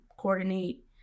coordinate